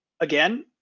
again